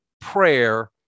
prayer